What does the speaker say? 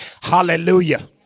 hallelujah